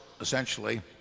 essentially